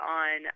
on